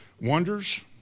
wonders